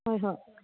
ꯍꯣꯏ ꯍꯣꯏ